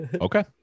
Okay